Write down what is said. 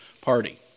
party